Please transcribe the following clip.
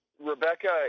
Rebecca